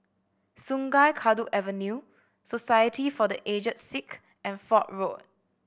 Sungei Kadut Avenue Society for The Aged Sick and Fort Road